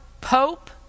Pope